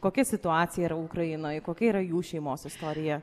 kokia situacija yra ukrainoj kokia yra jų šeimos istorija